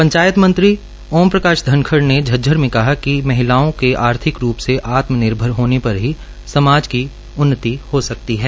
पंचायत मंत्री ओमप्रकाश धनखड़ ने झज्जर में कहा कि महिलाओं के आर्थिक रूप से आत्मनिर्भर होने पर ही समाज की उन्नती हो सकती है